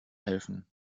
helfen